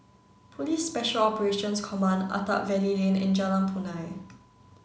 Police Special Operations Command Attap Valley Lane and Jalan Punai